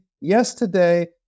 yesterday